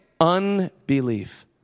unbelief